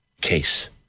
case